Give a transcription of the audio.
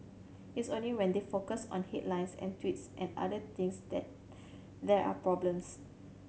it's only when they focus on headlines and tweets and other things that there are problems